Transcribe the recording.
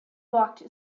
walked